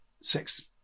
six